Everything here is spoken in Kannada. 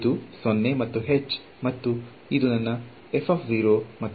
ಇದು 0 ಮತ್ತು h ಮತ್ತು ಇದು ನನ್ನ ಮತ್ತು